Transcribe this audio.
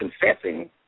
confessing